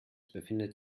befindet